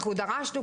אנחנו דרשנו,